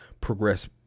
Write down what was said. progress